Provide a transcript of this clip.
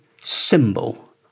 symbol